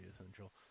essential